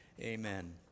amen